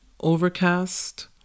Overcast